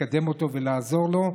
לקדם אותו ולעזור לו,